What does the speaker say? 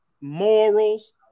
morals